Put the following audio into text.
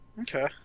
Okay